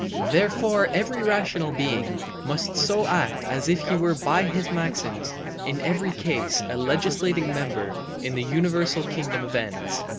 therefore every rational being must so act as if he were by his maxims in every case a legislating member in the universal kingdom of ends.